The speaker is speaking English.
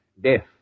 death